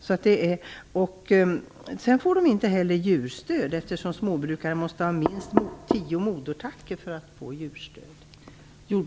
Sedan får fäbodbrukarna inte heller djurstöd, eftersom småbrukare måste ha minst tio modertackor för att få djurstöd.